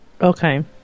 Okay